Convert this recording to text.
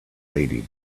lady